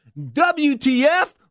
WTF